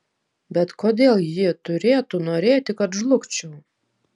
bet kodėl ji turėtų norėti kad žlugčiau